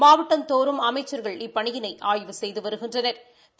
மாவட்டந்தோறும் அமைச்சா்கள் இப்பணியினை ஆய்வு செய்து வருகின்றனா்